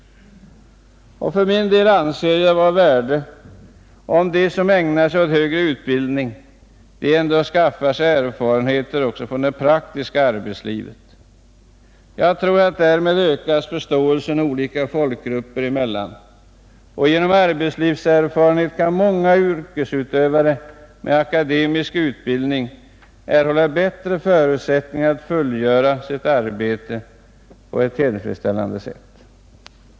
För min del anser jag det vara av värde om de som ägnar sig åt högre utbildning även skaffar sig erfarenheter från det praktiska arbetslivet. Detta ökar förståelsen olika folkgrupper emellan. Genom arbetslivserfarenhet kan många yrkesutövare med akademisk utbildning erhålla bättre förutsättningar att fullgöra sitt arbete på ett tillfredsställande sätt.